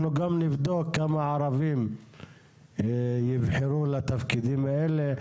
אנחנו גם נבדוק כמה ערבים יבחרו לתפקידים האלה,